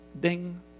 ding